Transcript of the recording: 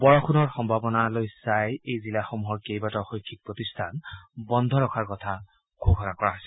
বৰষুণৰ সম্ভাবনালৈ চাই এই জিলাসমূহৰ কেইবাটাও শৈক্ষিক প্ৰতিষ্ঠান বন্ধ ৰখাৰ কথা ঘোষণা কৰা হৈছে